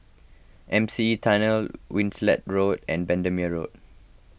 M C E Tunnel Winstedt Road and Bendemeer Road